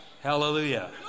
Hallelujah